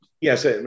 Yes